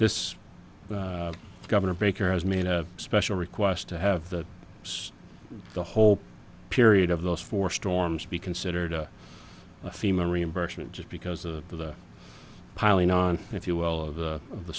this governor baker has made a special request to have that the whole period of those four storms be considered a female reimbursement just because of the piling on if you will of the